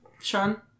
Sean